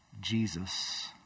Jesus